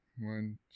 One